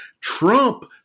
Trump